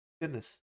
Goodness